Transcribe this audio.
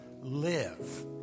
live